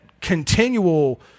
continual